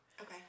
okay